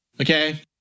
Okay